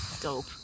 Dope